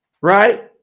right